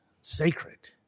sacred